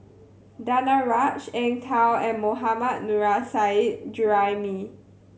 Danaraj Eng Tow and Mohammad Nurrasyid Juraimi